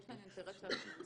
יש כאן אינטרס ---.